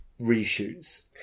reshoots